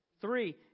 Three